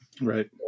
Right